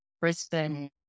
Brisbane